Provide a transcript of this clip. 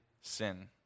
sin